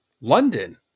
London